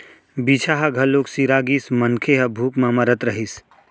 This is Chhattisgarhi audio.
बीजहा ह घलोक सिरा गिस, मनखे ह भूख म मरत रहिस